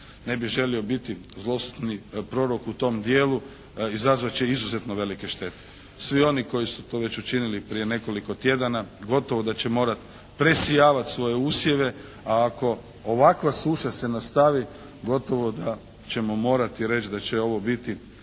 ne bih želio biti zloslutni prorok u tom dijelu, izazvat će izuzetno velike štete. Svi oni koji su to već učinili prije nekoliko tjedana gotovo da će morati presijavati svoje usjeve a ako ovakva suša se nastavi gotovo da ćemo morati reći da će ovo biti